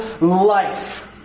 life